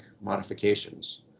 modifications